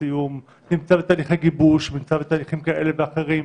נמצאים בתהליכי גיבוש ונמצאים בתהליכים כאלה ואחרים.